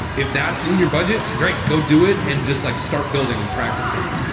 if that's in your budget. great. go do it. and just like, start building and practicing.